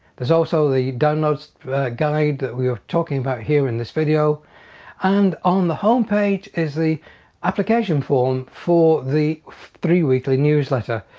there's also the downloads guide that we are talking about here in this video and on the home page is the application form for the three weekly newsletter.